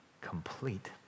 complete